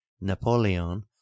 Napoleon